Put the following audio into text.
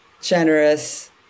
generous